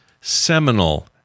Seminal